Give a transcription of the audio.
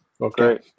okay